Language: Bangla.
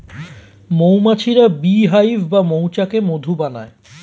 মৌমাছিরা বী হাইভ বা মৌচাকে মধু বানায়